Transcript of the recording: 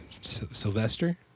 Sylvester